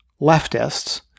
leftists